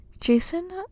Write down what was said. Jason